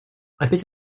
опять